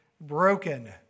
broken